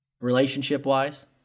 relationship-wise